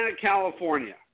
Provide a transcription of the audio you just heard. California